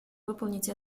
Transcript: выполнить